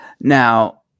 Now